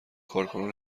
کارکنان